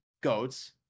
GOATS